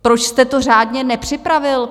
Proč jste to řádně nepřipravil?